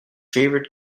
favorite